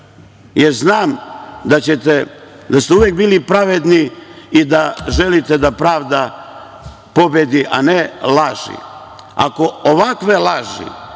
jer znam da ste uvek bili pravedni i da želite da pravda pobedi, a ne laži. Ako ovakve laži